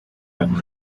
been